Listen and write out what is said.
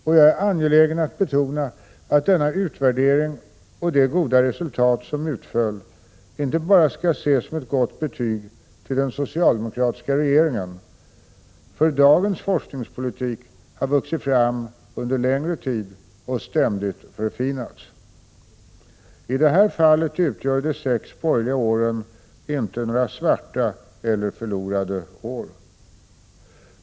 Och jag är angelägen att betona att denna utvärdering och de goda resultat som utföll inte bara skall ses som ett gott betyg till den socialdemokratiska regeringen, för dagens forskningspolitik har vuxit fram under längre tid och ständigt förfinats. I det fallet utgör de sex borgerliga åren inte några svarta eller förlorade år.